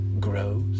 grows